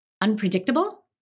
unpredictable